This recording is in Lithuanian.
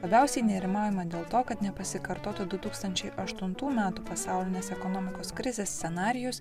labiausiai nerimaujama dėl to kad nepasikartotų du tūkstančiai aštuntų metų pasaulinės ekonomikos krizės scenarijus